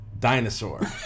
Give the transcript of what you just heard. Dinosaur